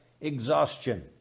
exhaustion